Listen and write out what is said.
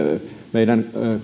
meidän